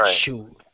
shoot